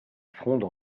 fronde